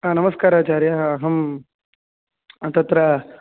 आ नमस्कारः आचार्य अहं तत्र